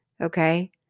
Okay